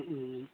ও